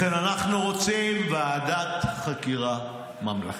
לכן אנחנו רוצים ועדת חקירה ממלכתית.